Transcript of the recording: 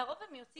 לרוב הוא יוצא